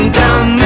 down